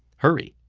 hurry,